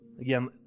Again